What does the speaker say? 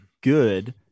good